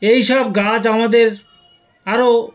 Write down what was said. এইসব গাছ আমাদের আরও